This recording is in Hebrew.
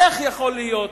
איך יכול להיות